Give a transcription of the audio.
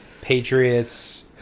Patriots